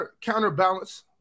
counterbalance